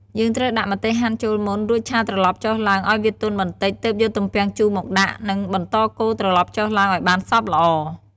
យើងត្រូវដាក់ម្ទេសហាន់ចូលមុន រួចឆាត្រឡប់ចុះឡើងឱ្យវាទន់បន្តិច ទើបយកទំពាំងជូរមកដាក់ និងបន្តកូរត្រឡប់ចុះឡើងឱ្យបានសព្វល្អ។